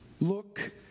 look